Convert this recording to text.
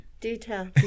Detail